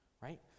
right